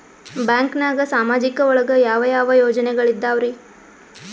ಬ್ಯಾಂಕ್ನಾಗ ಸಾಮಾಜಿಕ ಒಳಗ ಯಾವ ಯಾವ ಯೋಜನೆಗಳಿದ್ದಾವ್ರಿ?